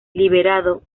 liberado